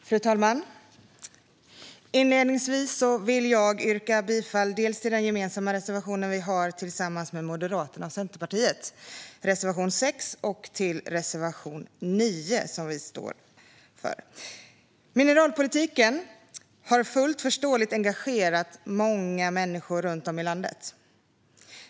Fru talman! Inledningsvis vill jag yrka bifall dels till den gemensamma reservation vi har tillsammans med Moderaterna och Centerpartiet, reservation 6, dels till reservation 9 som vi står bakom. Mineralpolitiken har fullt förståeligt engagerat många människor runt om i landet.